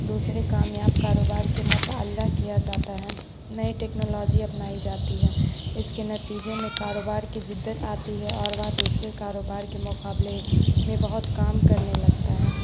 دوسرے کامیاب کاروبار کے مطالعہ کیا جاتا ہے نئی ٹیکنالوجی اپنائی جاتی ہے اس کے نتیجے میں کاروبار کی جدت آتی ہے اور وہ دوسرے کاروبار کے مقابلے میں بہت کام کرنے لگتا ہے